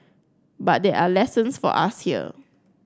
but there are lessons for us here